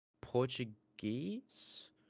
Portuguese